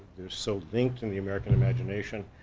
they're so linked in the american imagination,